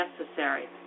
necessary